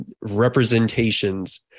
representations